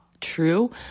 true